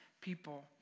people